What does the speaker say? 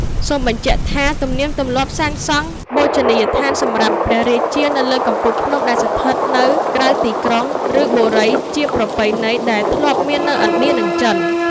សូមបញ្ជាក់ថា ទំនៀមទម្លាប់សាងសង់ បូជនីយដ្ឋានសម្រាប់ព្រះរាជា នៅលើកំពូលភ្នំដែលស្ថិតនៅក្រៅទីក្រុង ឬ បុរីជាប្រពៃណី ដែលធ្លាប់មាននៅឥណ្ឌា និងចិន ។